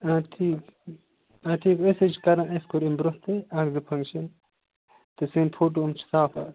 آ ٹھیٖک آ ٹھیٖک أسۍ حظ چھِ کَران اسہِ کوٚر اَمہِ برٛونٛہہ تہِ اَکھ زٕ فَنٛکشَن تہٕ سٲنۍ فوٹوٗ یِم چھِ صاف حظ